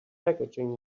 packaging